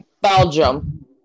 Belgium